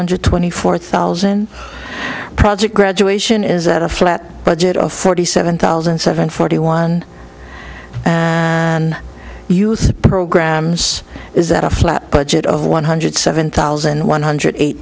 hundred twenty four thousand project graduation is at a flat budget of forty seven thousand seven forty one youth programs is that a flat budget of one hundred seven thousand one hundred eight